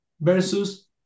versus